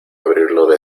abrirlo